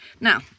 Now